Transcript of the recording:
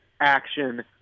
action